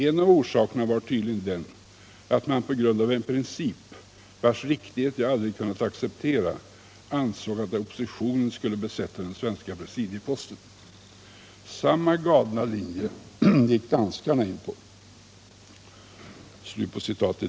En av orsakerna var tydligen den att man, på grund av en princip vars riktighet jag aldrig kunnat acceptera, ansåg att oppositionen skulle besätta den svenska presidieposten. Samma galna linje gick danskarna in på.” K.-A.